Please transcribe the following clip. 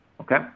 Okay